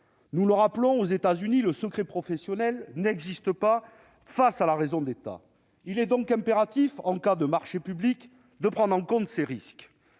monde. Rappelons-le, aux États-Unis, le secret professionnel n'existe pas face à la raison d'État. Il est donc impératif, en cas de marché public, de prendre en compte ces risques.